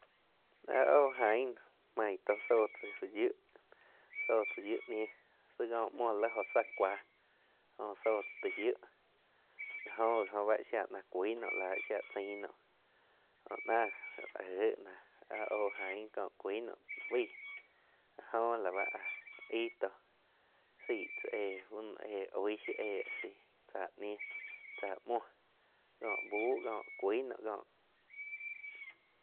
Áhh óh ain noh maig tóh sóh tzá fuu yiúh, sóh tzá yiuh níh si ko muoh li jóh sáh cuáh joh sóh tzáh ti yiuh la jo gi óh báh shiá na cui naum la shia chain naum jo náh éh náh áh oh ain ko kui naum tíi baih áh johh la bá áh aig tóh saig tzá éh ba no oig yiu éh tzá ñiu tzáh muoh kóh buh kóh kui naum koh.